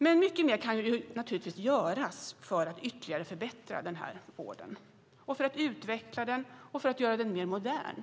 Men mycket mer kan naturligtvis göras för att ytterligare förbättra den här vården, för att utveckla den och för att göra den mer modern.